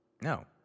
No